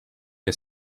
che